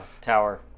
tower